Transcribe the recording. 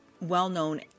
well-known